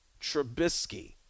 Trubisky